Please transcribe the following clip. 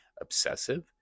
obsessive